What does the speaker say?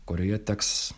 kurioje teks